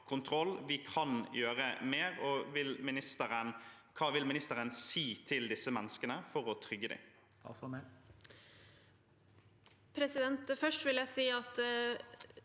Vi kan gjøre mer. Hva vil ministeren si til disse menneskene for å trygge dem?